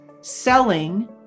selling